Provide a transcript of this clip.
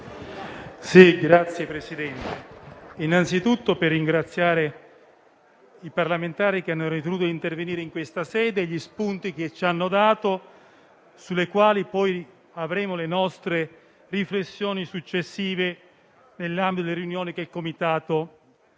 Presidente, desidero innanzitutto ringraziare i parlamentari che hanno ritenuto di intervenire in questa sede per gli spunti che ci hanno dato, sui quali poi faremo le nostre riflessioni successive nell'ambito delle riunioni che il Comitato